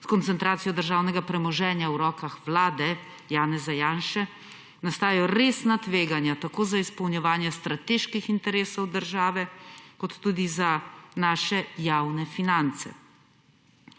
S koncentracijo državnega premoženja v rokah Vlade Janeza Janše nastajajo resna tveganja, tako za izpolnjevanje strateških interesov države kot tudi za naše javne finance.